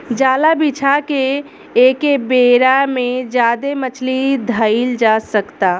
जाल बिछा के एके बेरा में ज्यादे मछली धईल जा सकता